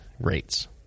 rates